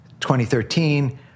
2013